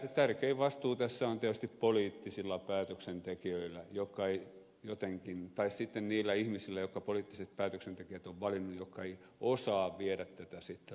tärkein vastuu tässä on tietysti poliittisilla päätöksentekijöillä tai sitten niillä ihmisillä jotka poliittiset päätöksentekijät ovat valinneet jotka eivät osaa viedä sitten loppuun tätä juttua